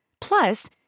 Plus